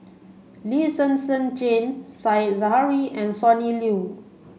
Lee Zhen Zhen Jane Said Zahari and Sonny Liew